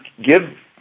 give –